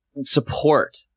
support